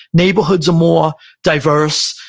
neighborhoods are more diverse,